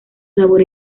sabor